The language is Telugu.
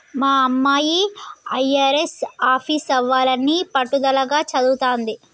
మా అమ్మాయి అయ్యారెస్ ఆఫీసరవ్వాలని పట్టుదలగా చదవతాంది